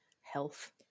health